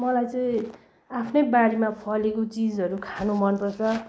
मलाई चाहिँ आफ्नै बारीमा फलेको चिजहरू खानु मन पर्छ